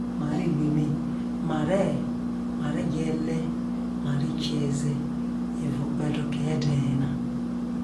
ma re lu eme? Ma re je̱ le ma re jie ze evao okpe̱do ke e̱de̱ o̱yena